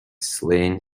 slain